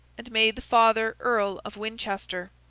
and made the father earl of winchester.